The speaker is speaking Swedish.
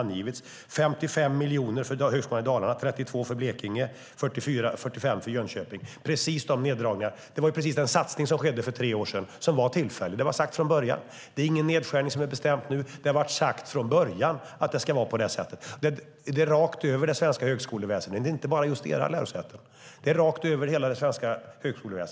Det var 55 miljoner för högskolan i Dalarna, 32 miljoner för Blekinge och 45 för Jönköping. Det var den satsning som skedde för tre år sedan och som var tillfällig. Det var sagt från början. Det är ingen nedskärning som har bestämts nu, utan det var sagt från början att det skulle vara så här. Det gäller hela det svenska högskoleväsendet, inte bara era lärosäten.